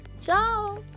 ciao